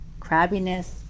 crabbiness